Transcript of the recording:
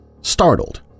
startled